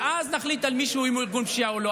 ואז נחליט אם מישהו הוא ארגון פשיעה או לא.